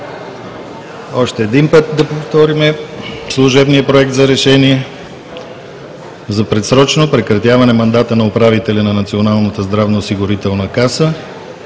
Още един път да повторим служебния „Проект! РЕШЕНИЕ за предсрочно прекратяване мандата на управителя на Националната здравноосигурителна каса